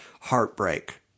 heartbreak